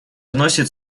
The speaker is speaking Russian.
вносит